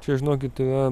čia žinokit yra